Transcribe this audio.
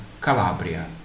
Calabria